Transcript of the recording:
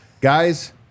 Guys